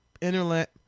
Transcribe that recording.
internet